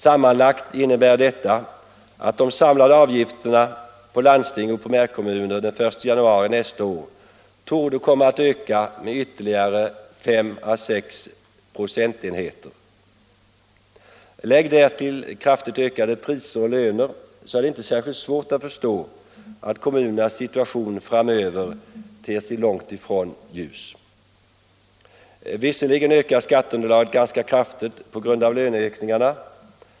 Sammanlagt innebär detta att de samlade avgifterna på landsting och primärkommuner den 1 januari nästa år torde komma att öka med ytterligare 5 å 6 96. Lägg därtill kraftigt ökade priser och löner, så är det inte särskilt svårt att förstå att kommunernas situation framöver ter sig långt ifrån ljus. Visserligen ökar skatteunderlaget ganska kraftigt på grund av löneökningarna.